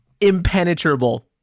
impenetrable